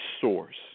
source